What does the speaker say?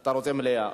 אתה רוצה מליאה.